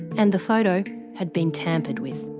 and the photo had been tampered with.